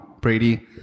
Brady